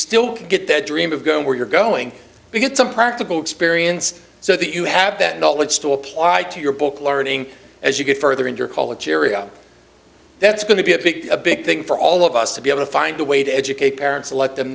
still could get that dream of going where you're going to get some practical experience so that you have that knowledge to apply to your book learning as you get further in your college area that's going to be a big a big thing for all of us to be able to find a way to educate parents to let them